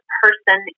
person